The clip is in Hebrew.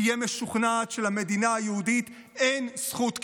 תהיה משוכנעת שלמדינה היהודית אין זכות קיום.